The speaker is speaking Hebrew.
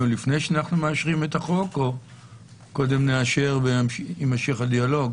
לפני שאנחנו מאשרים את החוק או שקודם נאשר ויימשך הדיאלוג?